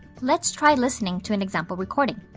let's try listening to an example recording.